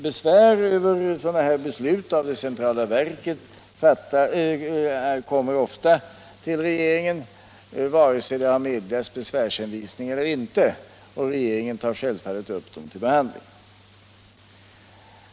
Besvär över dylika beslut av det centrala verket kommer ofta till regeringen, vare sig det har meddelats besvärshänvisning eller inte, och regeringen tar självfallet upp dessa till behandling.